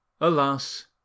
Alas